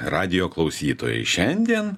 radijo klausytojai šiandien